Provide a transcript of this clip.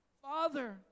Father